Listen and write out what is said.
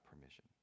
permission